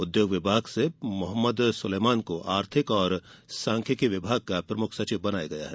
उद्योग विभाग से मोहम्मद सुलेमान को आर्थिक व सांख्यिकी विभाग का प्रमुख सचिव बनाया है